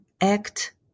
act